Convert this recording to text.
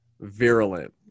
virulent